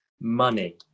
Money